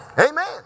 Amen